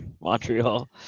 Montreal